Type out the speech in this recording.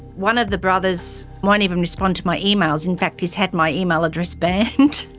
one of the brothers won't even respond to my emails. in fact, he's had my email address banned,